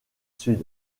sud